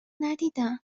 ندیدم